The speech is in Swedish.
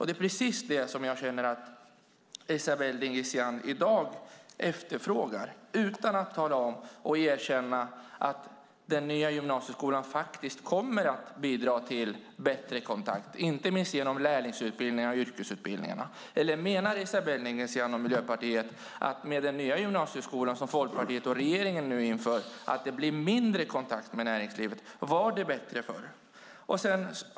Det är precis detta som Esabelle Dingizian i dag verkar efterfråga, utan att tala om och erkänna att den nya gymnasieskolan faktiskt kommer att bidra till bättre kontakt, inte minst genom lärlingsutbildningarna och yrkesutbildningarna. Eller menar Esabelle Dingizian och Miljöpartiet att det med den nya gymnasieskolan, som Folkpartiet och regeringen nu inför, blir mindre kontakter med näringslivet? Var det bättre förr? Herr talman!